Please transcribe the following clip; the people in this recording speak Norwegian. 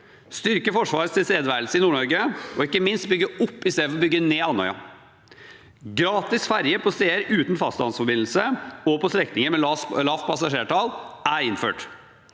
styrker Forsvarets tilstedeværelse i Nord-Norge, og ikke minst bygger vi opp i stedet for å bygge ned Andøya. Gratis ferje på steder uten fastlandsforbindelse og på strekninger med lavt passasjertall er innført.